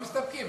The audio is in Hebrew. משיב על ההצעה,